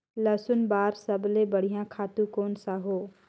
लसुन बार सबले बढ़िया खातु कोन सा हो?